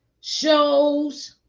shows